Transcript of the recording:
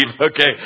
Okay